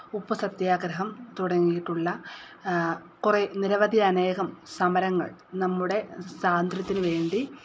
ഉപ്പ് സത്യാഗ്രഹം തുടങ്ങിയിട്ടുള്ള കുറേ നിരവധി അനേകം സമരങ്ങൾ നമ്മുടെ സ്വാതന്ത്ര്യത്തിന് വേണ്ടി